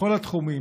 בכל התחומים,